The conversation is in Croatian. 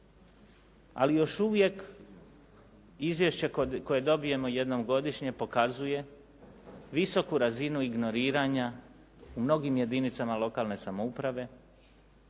ali još uvijek izvješće koje dobijemo jednom godišnje pokazuje visoku razinu ignoriranja u mnogim jedinicama lokalne samouprave